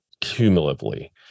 cumulatively